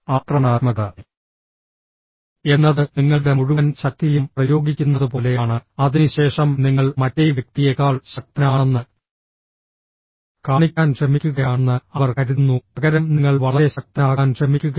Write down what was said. ആക്രമണാത്മകത എന്നത് നിങ്ങളുടെ മുഴുവൻ ശക്തിയും പ്രയോഗിക്കുന്നതുപോലെയാണ് അതിനുശേഷം നിങ്ങൾ മറ്റേ വ്യക്തിയേക്കാൾ ശക്തനാണെന്ന് കാണിക്കാൻ ശ്രമിക്കുകയാണെന്ന് അവർ കരുതുന്നു പകരം നിങ്ങൾ വളരെ ശക്തനാകാൻ ശ്രമിക്കുകയാണ്